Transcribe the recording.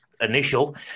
initial